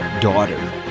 daughter